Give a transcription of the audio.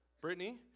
Brittany